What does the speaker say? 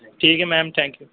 ਠੀਕ ਹੈ ma'am thank you